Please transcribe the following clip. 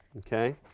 okay?